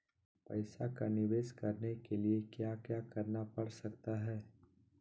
पैसा का निवेस करने के लिए क्या क्या करना पड़ सकता है?